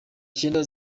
cyenda